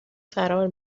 فرار